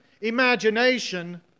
imagination